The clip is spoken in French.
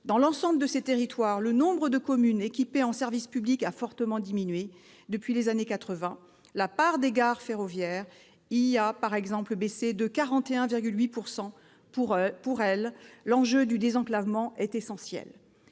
Dans l'ensemble de ces territoires, le nombre de communes équipées en services publics a fortement diminué depuis les années quatre-vingt. La part des gares ferroviaires y a, par exemple, baissé de 41,8 %. Pour elles, l'enjeu du désenclavement est essentiel.